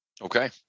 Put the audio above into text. Okay